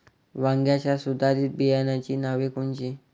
वांग्याच्या सुधारित बियाणांची नावे कोनची?